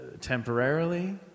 temporarily